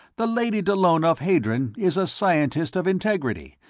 the lady dallona of hadron is a scientist of integrity,